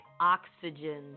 oxygen